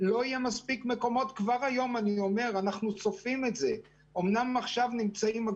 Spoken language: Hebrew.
אתה יכול לתת לנו